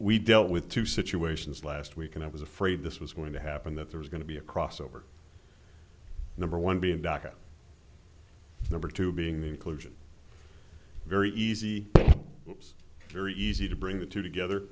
we dealt with two situations last week and i was afraid this was going to happen that there's going to be a crossover number one being dhaka number two being the inclusion very easy very easy to bring the two together